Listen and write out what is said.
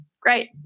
great